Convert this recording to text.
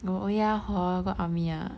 oh oh ya hor go army ah